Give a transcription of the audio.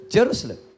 Jerusalem